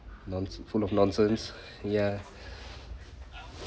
nones~ full of nonsense ya